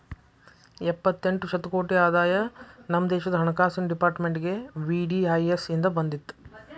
ಎಪ್ಪತ್ತೆಂಟ ಶತಕೋಟಿ ಆದಾಯ ನಮ ದೇಶದ್ ಹಣಕಾಸಿನ್ ಡೆಪಾರ್ಟ್ಮೆಂಟ್ಗೆ ವಿ.ಡಿ.ಐ.ಎಸ್ ಇಂದ್ ಬಂದಿತ್